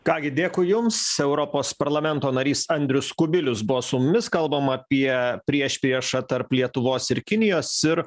ką gi dėkui jums europos parlamento narys andrius kubilius buvo su mumis kalbam apie priešpriešą tarp lietuvos ir kinijos ir